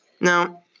Now